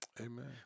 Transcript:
Amen